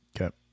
Okay